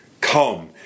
come